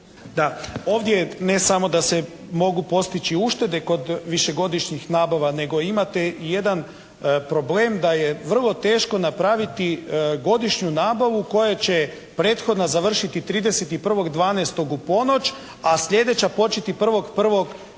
Da, ovdje ne samo da se mogu postići uštede kod višegodišnjih nabava, nego imate jedan problem da je vrlo teško napraviti godišnju nabavu koja će prethodna završiti 31.12. u ponoć, a sljedeća početi 1.1.